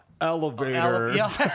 Elevators